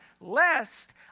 lest